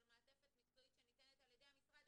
של מעטפת מקצועית שניתנת על ידי המשרד,